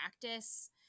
practice